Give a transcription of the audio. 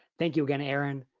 thank you again, erin.